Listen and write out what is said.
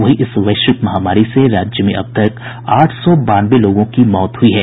वहीं इस वैश्विक महामारी से राज्य में अब तक आठ सौ बानवे लोगों की मौत हुई है